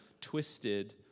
twisted